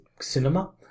cinema